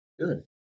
Good